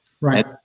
right